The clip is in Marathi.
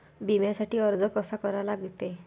बिम्यासाठी अर्ज कसा करा लागते?